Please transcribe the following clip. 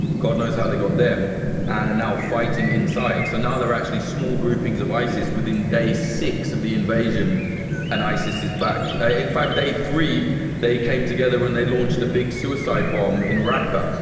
god knows how they got them and are now fighting inside. so now they're actually small groupings of isis within day six of the invasion and isis is back. ah in fact, day three they came together and they launched a big suicide bomb in raqqa.